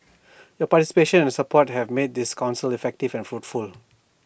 your participation and support have made this Council effective and fruitful